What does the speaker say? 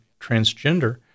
transgender